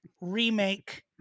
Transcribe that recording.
remake